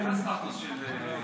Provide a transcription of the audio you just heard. כן.